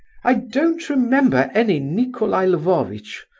i don't remember any nicolai lvovitch.